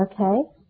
Okay